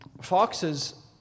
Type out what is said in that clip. foxes